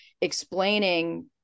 explaining